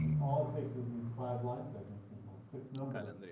all it takes is these five line segments and like six numbers,